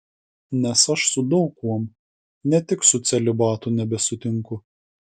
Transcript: nes aš su daug kuom ne tik su celibatu nebesutinku